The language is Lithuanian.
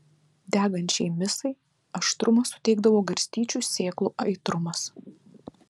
degančiai misai aštrumo suteikdavo garstyčių sėklų aitrumas